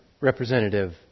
representative